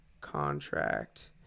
contract